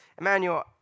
Emmanuel